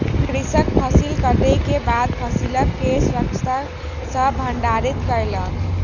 कृषक फसिल कटै के बाद फसिल के स्वच्छता सॅ भंडारित कयलक